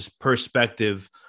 perspective